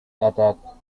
attack